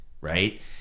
right